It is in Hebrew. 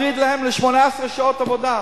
כשאמר שצריך להוריד להם ל-18 שעות עבודה.